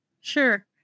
sure